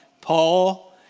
Paul